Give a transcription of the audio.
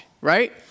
right